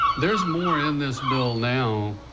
there is more in this bill now